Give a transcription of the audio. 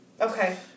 Okay